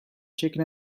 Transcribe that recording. chicken